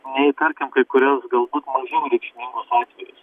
nei tarkim kai kurias galbūt mažiau reikšmingus atvejus